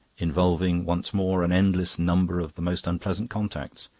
involving once more an endless number of the most unpleasant contacts?